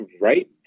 Right